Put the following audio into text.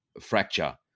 fracture